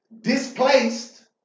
displaced